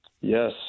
Yes